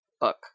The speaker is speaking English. book